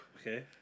Okay